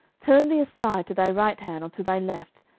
turn thee aside to thy right hand or to thy left,